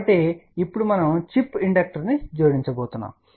కాబట్టి ఇప్పుడు మనం చిప్ ఇండక్టర్ను జోడించబోతున్నాం